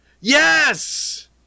Yes